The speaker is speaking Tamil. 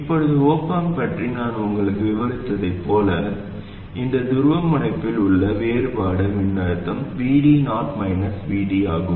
இப்போது op amp பற்றி நான் உங்களுக்கு விவரித்ததைப் பார்த்தால் இந்த துருவமுனைப்பில் உள்ள வேறுபாடு மின்னழுத்தம் VD0 VD ஆகும்